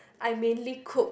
I mainly cook